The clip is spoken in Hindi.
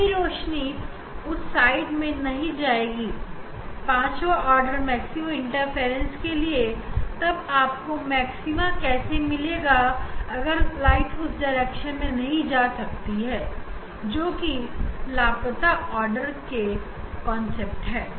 कोई रोशनी उस साइड में नहीं जाएगी पांचवा ऑर्डर मैक्सिमम इंटरफेरेंस के लिए तब आपको मैक्सिमा कैसे मिलेगा अगर लाइट उस डायरेक्शन में जा ही नहीं सकती जोकि लापता ऑर्डर की कंसेप्ट है